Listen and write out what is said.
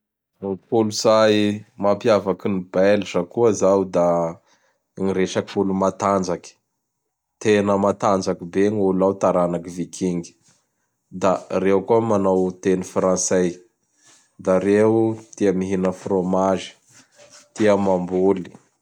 Gny kolotsay mampiavaky gn Belge koa zao da gn resaky olo-matanjaky. Tena matanjaky be gn'olo ao taranaky Viking. Da reo ko manao teny frantsay. Da reo tia mihina frômazy. Tia mamboly.